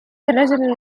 الرجل